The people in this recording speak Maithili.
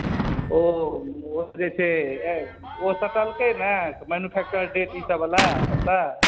ओ ओ जे छै ओ सटलकै ने मैनुफेक्चर डेट ई सभवला सभटा